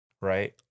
right